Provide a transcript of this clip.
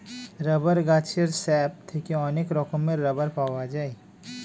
rubber গাছের sap থেকে অনেক রকমের রাবার পাওয়া যায়